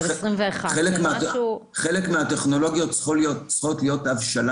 של 2021. חלק מהטכנולוגיות צריכות להיות בהבשלה